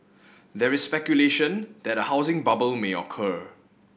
there is speculation that a housing bubble may occur